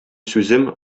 сүзем